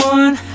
one